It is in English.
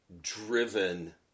driven